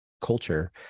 culture